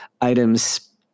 items